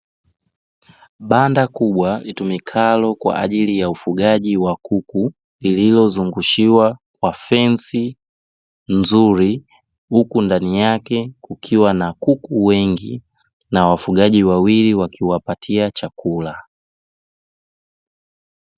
Banda kubwa litumikalo kwa ajili ya ufugaji wa kuku, lililozungushiwa kwa fensi nzuri, huku ndani yake kukiwa na kuku wengi, na wafugaji wawili wakiwapatia chakula.